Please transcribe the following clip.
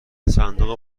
صندوق